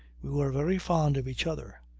we were very fond of each other.